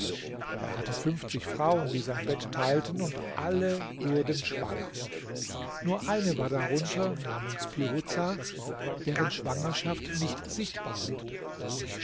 er hatte fünfzig frauen die sein bett teilten und alle wurden schwanger nur eine war darunter namens piruza deren schwangerschaft nicht sichtbar wurde